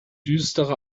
düstere